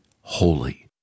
Holy